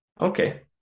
Okay